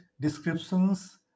descriptions